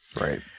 Right